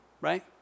right